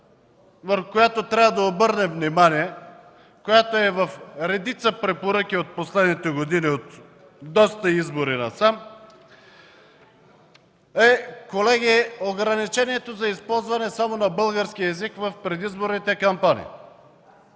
върху която трябва да обърнем внимание, която е и в редица препоръки през последните години от доста избори насам, е ограничението за използване само на български език в предизборните кампании.